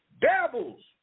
devils